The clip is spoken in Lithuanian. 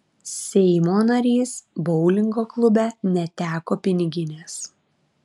seimo narys boulingo klube neteko piniginės